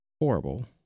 horrible